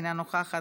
אינה נוכחת,